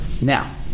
Now